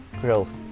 growth